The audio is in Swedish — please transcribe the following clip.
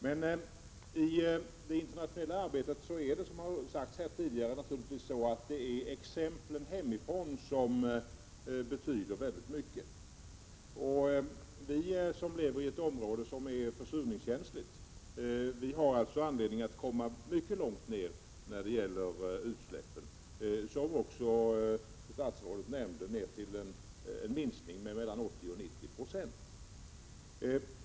Men i det internationella arbetet betyder, som har sagts här tidigare, naturligtvis exemplen hemifrån väldigt mycket. Vi som lever i ett område som är försurningskänsligt har alltså anledning att komma mycket långt ned när det gäller utsläppen, som också statsrådet nämnde — till en minskning med mellan 80 och 90 26.